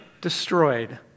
destroyed